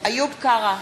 איוב קרא,